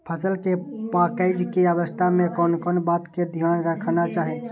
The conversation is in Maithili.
फसल के पाकैय के अवस्था में कोन कोन बात के ध्यान रखना चाही?